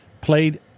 played